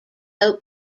oak